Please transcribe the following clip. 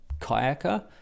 kayaker